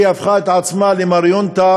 היא הפכה את עצמה למַרְיוֹנְטָה,